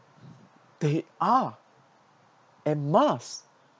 they are and must